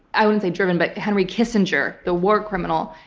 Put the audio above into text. i wouldn't say driven, but henry kissinger, the war criminal,